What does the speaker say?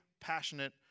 passionate